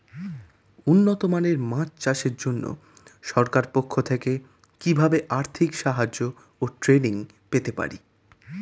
উন্নত মানের মাছ চাষের জন্য সরকার পক্ষ থেকে কিভাবে আর্থিক সাহায্য ও ট্রেনিং পেতে পারি?